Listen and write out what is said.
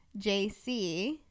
JC